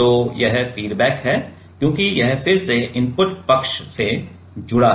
तो यह फीडबैक है क्योंकि यह फिर से इनपुट पक्ष से जुड़ा है